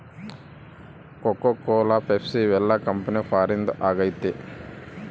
cocoa Cola Pepsi ಇವೆಲ್ಲ company ಫಾರಿನ್ದು ಆಗೈತೆ